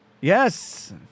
Yes